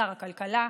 שר הכלכלה.